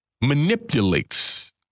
manipulates